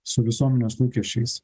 su visuomenės lūkesčiais